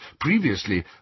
Previously